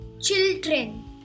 children